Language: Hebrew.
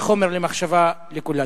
זה חומר למחשבה לכולנו.